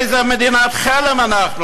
איזו מדינת חלם אנחנו?